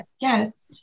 yes